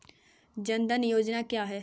जनधन योजना क्या है?